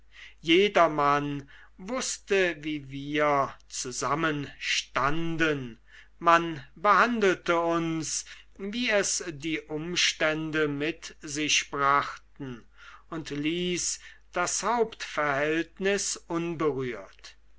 jedermann wußte wie wir zusammen standen man behandelte uns wie es die umstände mit sich brachten und ließ das hauptverhältnis unberührt